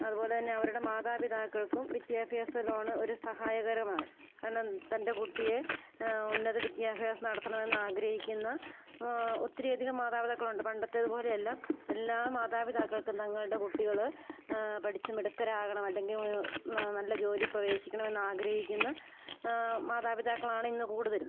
അത് പോലെ തന്നെ അവരുടെ മാതാപിതാക്കൾക്കും വിദ്യാഭ്യാസ ലോണ് ഒരു സഹായകരമാണ് കാരണം തൻ്റെ കുട്ടിയെ ഉന്നത വിദ്യാഭ്യാസം നടത്തണം എന്ന് ആഗ്രഹിക്കുന്ന ഒത്തിരി അധികം മാതാപിതാക്കളുണ്ട് പണ്ടത്തേത് പോലെ അല്ല എല്ലാ മാതാപിതാക്കൾക്കും തങ്ങളുടെ കുട്ടികൾ പഠിച്ച് മിടുക്കരാകണം അല്ലെങ്കിൽ ഒരു നല്ല ജോലി പ്രവേശിക്കണം എന്ന് ആഗ്രഹിക്കുന്ന മാതാപിതാക്കളാണ് ഇന്ന് കൂടുതലും